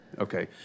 Okay